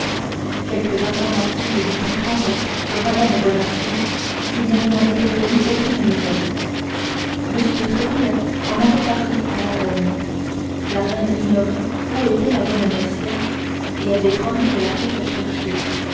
quelques informations qu'il eût pu prendre sur mme bonacieux il ne lui en était venu aucune nouvelle m de tréville en avait parlé à la reine la reine ignorait où était la jeune mercière et avait promis de la faire chercher